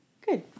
Good